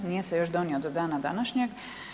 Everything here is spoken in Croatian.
Nije se još donio do dana današnjeg.